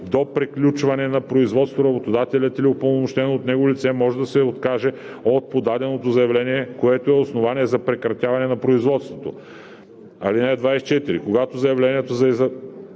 До приключване на производството работодателят или упълномощено от него лице може да се откаже от подаденото заявление, което е основание за прекратяване на производството. (24) Когато заявлението за